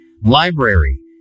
library